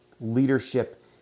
leadership